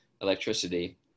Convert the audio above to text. electricity